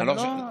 אבל לא להגיד,